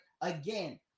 again